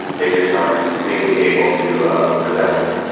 they just aren't legally able to possess it